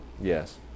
Yes